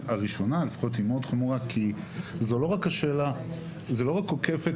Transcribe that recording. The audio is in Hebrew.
הראשונה היא מאוד חמורה כי זו לא רק עוקף את